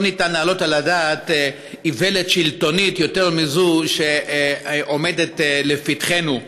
לא ניתן להעלות על הדעת איוולת שלטונית יותר מזו שעומדת לפתחנו.